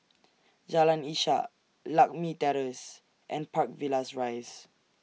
Jalan Ishak Lakme Terrace and Park Villas Rise